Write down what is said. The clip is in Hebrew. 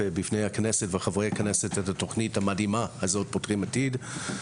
בפני הכנסת ובפני חברי הכנסת את התוכנית המדהימה הזאת "פותחים עתיד".